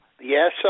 Yes